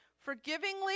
forgivingly